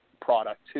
product